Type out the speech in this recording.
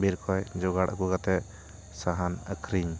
ᱵᱤᱨ ᱠᱷᱚᱡ ᱡᱚᱜᱟᱲ ᱟᱹᱜᱩ ᱠᱟᱛᱮ ᱥᱟᱦᱟᱱ ᱟᱠᱷᱨᱤᱧ